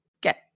get